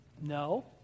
No